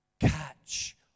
Catch